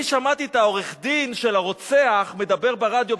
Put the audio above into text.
אני שמעתי את עורך-הדין של הרוצח מדבר ברדיו,